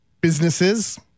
Businesses